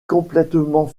complètement